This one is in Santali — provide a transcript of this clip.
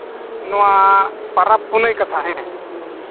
ᱱᱚᱣᱟ ᱯᱚᱨᱚᱵᱽ ᱯᱩᱱᱟᱹᱭ ᱠᱟᱛᱷᱟ ᱦᱮᱸ